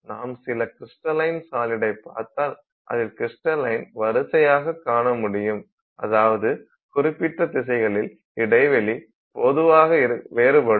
நாம் சில க்ரிஸ்டலைன் சாலிட்டை பார்த்தால் அதில் க்ரிஸ்டலைன் வரிசையைக் காண முடியும் அதாவது குறிப்பிட்ட திசைகளில் இடைவெளி பொதுவாக வேறுபடும்